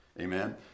Amen